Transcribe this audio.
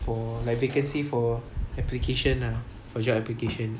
for like vacancy for application ah for job application